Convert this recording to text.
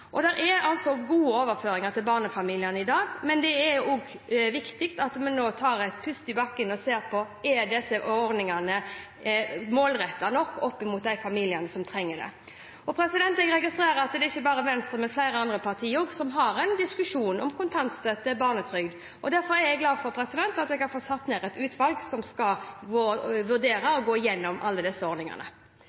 barnefamiliene i dag, men det er også viktig at vi nå tar en pust i bakken og ser på om disse ordningene er målrettede nok mot de familiene som trenger det. Jeg registrerer at det ikke bare er Venstre, men også flere andre partier, som har en diskusjon om kontantstøtte og barnetrygd. Derfor er jeg glad for at jeg har fått satt ned et utvalg som skal vurdere og gå igjennom alle disse ordningene.